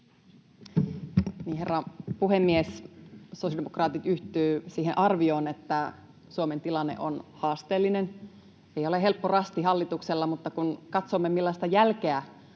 Herra puhemies! Sosiaalidemokraatit yhtyy siihen arvioon, että Suomen tilanne on haasteellinen. Ei ole helppo rasti hallituksella. Mutta kun katsomme, millaista jälkeä